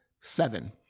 Seven